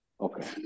Okay